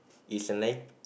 is a ni~